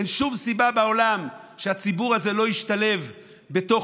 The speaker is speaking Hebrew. אין שום סיבה בעולם שהציבור הזה לא ישתלב בתוך